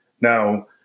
Now